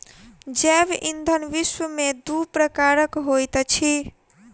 जैव ईंधन विश्व में दू प्रकारक होइत अछि